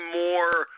more